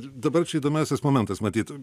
dabar čia įdomiausias momentas matyt